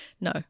No